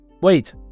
Wait